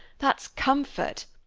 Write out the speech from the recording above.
that's comfort!